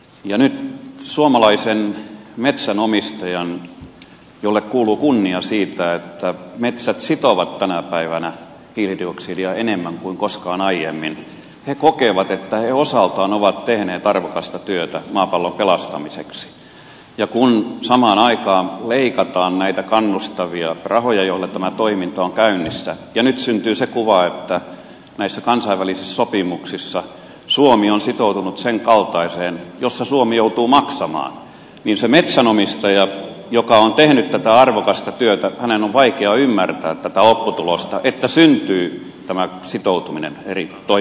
nyt suomalaiset metsänomistajat joille kuuluu kunnia siitä että metsät sitovat tänä päivänä hiilidioksidia enemmän kuin koskaan aiemmin kokevat että he osaltaan ovat tehneet arvokasta työtä maapallon pelastamiseksi ja kun samaan aikaan leikataan näitä kannustavia rahoja joilla tämä toiminta on käynnissä ja nyt syntyy se kuva että näissä kansainvälisissä sopimuksissa suomi on sitoutunut sen kaltaiseen tilanteeseen jossa suomi joutuu maksamaan niin sen metsänomistajan joka on tehnyt tätä arvokasta työtä on vaikea ymmärtää tätä lopputulosta että syntyy tämä sitoutuminen eri toimijoiden välillä